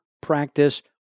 practice